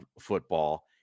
football